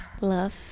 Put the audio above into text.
Love